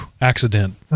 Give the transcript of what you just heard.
accident